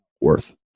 worth